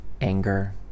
anger